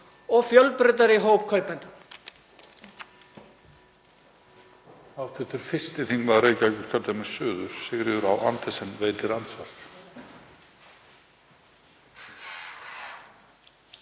og fjölbreyttari hóp kaupenda?